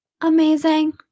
Amazing